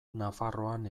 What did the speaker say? nafarroan